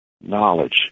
knowledge